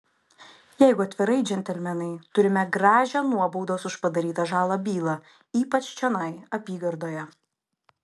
jeigu atvirai džentelmenai turime gražią nuobaudos už padarytą žalą bylą ypač čionai apygardoje